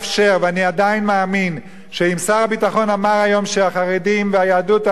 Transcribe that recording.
ואני עדיין מאמין שאם שר הביטחון אמר היום שהחרדים והיהדות הדתית,